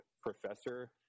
professor